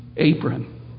apron